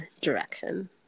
direction